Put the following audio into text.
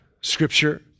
scripture